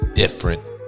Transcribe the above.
Different